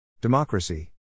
Democracy